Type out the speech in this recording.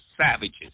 savages